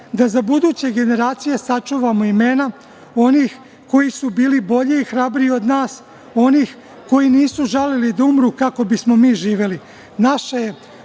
da za buduće generacije sačuvamo imena onih koji su bili bolji i hrabriji od nas, onih koji nisu žalili da umru kako bismo mi živeli. Naša je